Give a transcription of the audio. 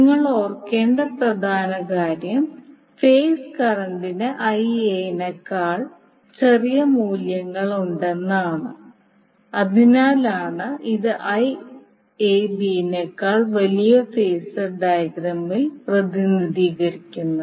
നിങ്ങൾ ഓർക്കേണ്ട പ്രധാന കാര്യം ഫേസ് കറന്റിന് Ia നേക്കാൾ ചെറിയ മൂല്യമുണ്ടെന്നതാണ് അതിനാലാണ് ഇത് IAB നേക്കാൾ വലിയ ഫേസർ ഡയഗ്രമിൽ പ്രതിനിധീകരിക്കുന്നത്